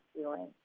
feeling